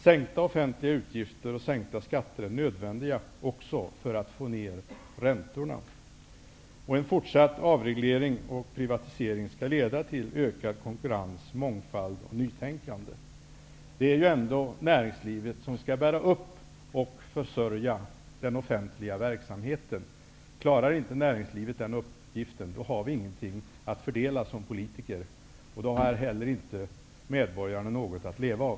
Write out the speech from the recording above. Sänkta offentliga utgifter och sänkta skatter är nödvändiga också för att få ner räntorna. En fortsatt avreglering och privatisering skall leda till ökad konkurrens, mångfald och nytänkande. Det är ju ändå näringslivet som skall bära upp och försörja den offentliga verksamheten. Om näringslivet inte klarar den uppgiften har vi ingenting att fördela som politiker. Då har inte heller medborgarna något att leva av.